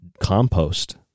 compost